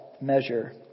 measure